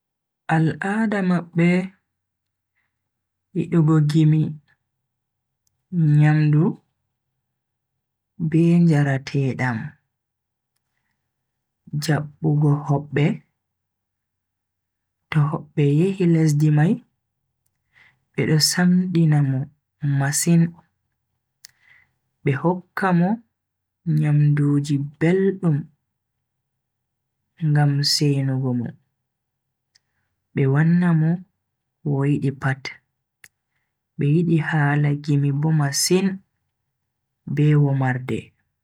Al'ada mabbe yidugo gimi, nyamdu be njaratedam, jabbugo hobbe. To hobbe yehi lesdi mai, bedo samdina mo masin, be hokkamo nyamduji beldum ngam seinugo mo, be wannan mo ko o yidi pat. Be yidi hala gimi bo masin be womarde.